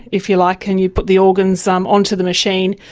if you like, and you put the organs um onto the machine,